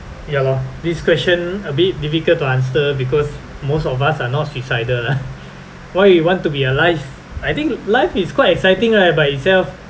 ya lor this question a bit difficult to answer because most of us are not suicidal lah why you want to be alive I think life is quite exciting ah by itself